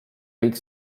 kõik